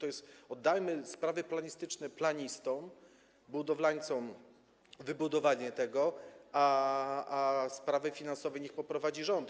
Oddajmy sprawy planistyczne planistom, budowlańcom - wybudowanie tego, a sprawy finansowe niech poprowadzi rząd.